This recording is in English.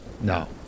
No